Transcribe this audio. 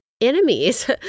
enemies